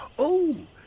oh,